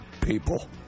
People